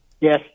Yes